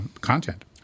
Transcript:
content